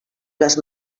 les